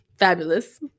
Fabulous